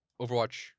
Overwatch